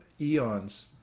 eons